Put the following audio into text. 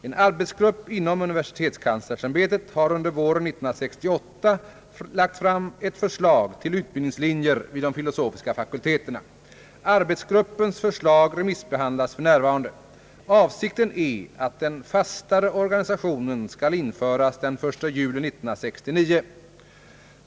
En arbetsgrupp inom universitetskanslersämbetet har under våren 1968 lagt fram ett förslag till utbildningslinjer vid de filosofiska fa kulteterna. Arbetsgruppens förslag remissbehandlas f. n. Avsikten är att denna fastare organisation skall införas den 1 juli 1969.